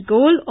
Goal